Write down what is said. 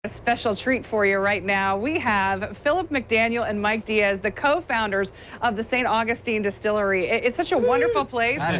a special treat for you right now. with have philip mcdaniel and mike diaz. the co-founders of the st. augustine distill every. it is such a wonderful place.